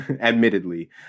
admittedly